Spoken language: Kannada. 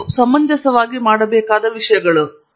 ಆದ್ದರಿಂದ ಅವುಗಳು ನಿರ್ದಿಷ್ಟವಾಗಿ ಆ ರೀತಿಯಲ್ಲಿ ವಿನ್ಯಾಸಗೊಳಿಸಲ್ಪಟ್ಟಿವೆ